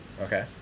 Okay